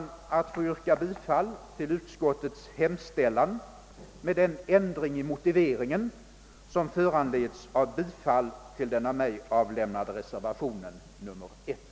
Jag ber att få yrka bifall till utskottets hemställan med den ändring i motiveringen som föranleds av bifall till reservationen 1.